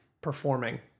performing